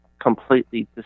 completely